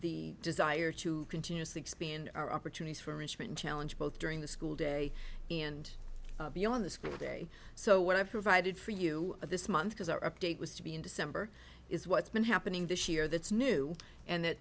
the desire to continuously expand our opportunities for richmond challenge both during the school day and beyond the school day so what i've provided for you this month because our update was to be in december is what's been happening this year that's new and